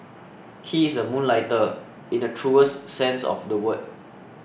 he is a moonlighter in the truest sense of the word